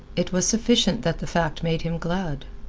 it was sufficient that the fact made him glad.